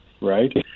right